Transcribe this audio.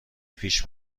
پیش